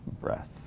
breath